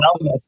wellness